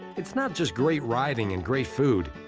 it's not just great riding and great food,